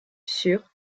sur